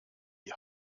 die